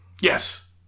Yes